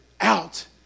out